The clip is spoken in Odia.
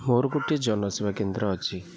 ମୋର ଗୋଟିଏ ଜନସେବା କେନ୍ଦ୍ର ଅଛି